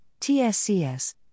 TSCS